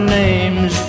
names